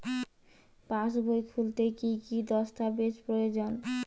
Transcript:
পাসবই খুলতে কি কি দস্তাবেজ প্রয়োজন?